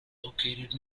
located